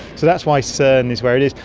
so that's why cern is where it is.